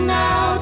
now